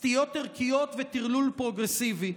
סטיות ערכיות וטרלול פרוגרסיבי.